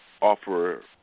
Offer